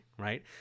right